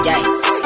Yikes